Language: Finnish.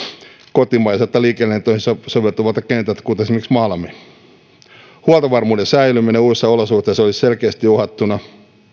kotimaiselta liikelentoihin soveltuvalta kentältä kuten esimerkiksi malmilta huoltovarmuuden säilyminen uusissa olosuhteissa olisi selkeästi uhattuna